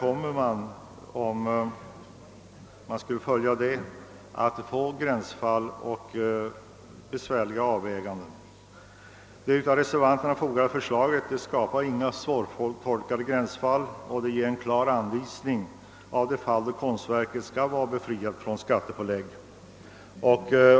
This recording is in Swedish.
Om man skall följa dem får man gränsfall och besvärliga avvägning ar. Reservanternas förslag skapar inte svårtolkade gränsfall utan ger en klar anvisning om de fall då konstverket skall vara befriat från skattepålägg.